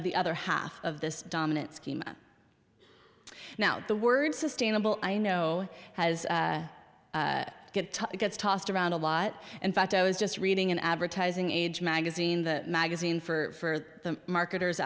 of the other half of this dominant scheme now the word sustainable i know has guitar gets tossed around a lot and fact i was just reading an advertising age magazine the magazine for the marketers